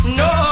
no